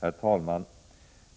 Herr talman!